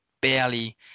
barely